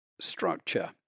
structure